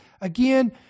again